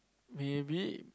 maybe